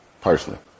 personally